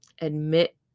admit